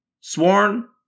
sworn